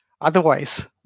otherwise